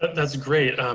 that's great.